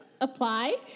apply